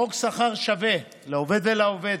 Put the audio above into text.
חוק שכר שווה לעובד ולעובדת,